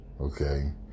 okay